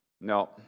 No